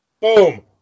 boom